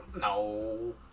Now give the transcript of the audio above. no